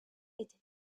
était